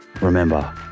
remember